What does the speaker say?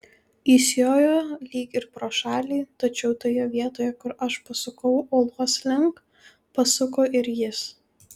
jis jojo lyg ir pro šalį tačiau toje vietoje kur aš pasukau uolos link pasuko ir jis